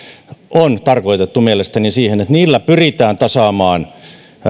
on tarkoitettu mielestäni siihen että niillä pyritään tasaamaan